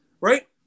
right